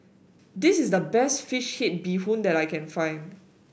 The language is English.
this is the best fish head Bee Hoon that I can find